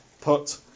put